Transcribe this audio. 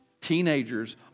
teenagers